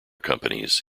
companies